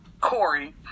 Corey